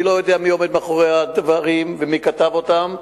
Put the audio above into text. אני לא יודע מי עומד מאחורי הדברים ומי כתב אותם.